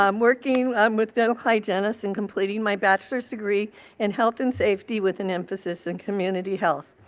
um working um with dental hygienists and completing my bachelor's degree in health and safety with an emphasis in community health.